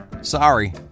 Sorry